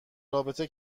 رابطه